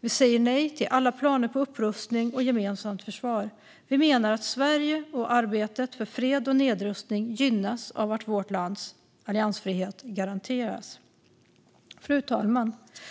Vi säger nej till alla planer på upprustning och gemensamt försvar. Vi menar att Sverige och arbetet för fred och nedrustning gynnas av att vårt lands alliansfrihet garanteras. Fru talman!